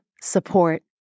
support